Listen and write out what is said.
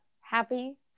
happy